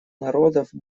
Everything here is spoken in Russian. народов